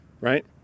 Right